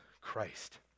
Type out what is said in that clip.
Christ